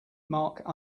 mark